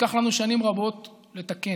שייקח לנו שנים רבות לתקן.